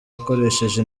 akoresheje